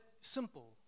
simple